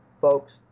folks